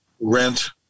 rent